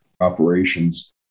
operations